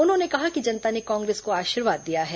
उन्होंने कहा कि जनता ने कांग्रेस को आशीर्वाद दिया है